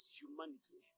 humanity